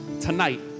tonight